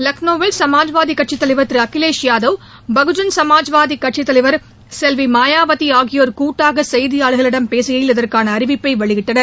லக்னோவில் சமாஜ்வாதிக் கட்சித் தலைவர் திரு அகிலேஷ் யாதவ் பகுஜன் சமாஜ்வாதிக் கட்சித் தலைவர் செல்வி மாயாவதி ஆகியோர் கூட்டாக செய்தியாளர்களிடம் பேசுகையில் இதற்கான அறிவிப்பை வெளியிட்டனர்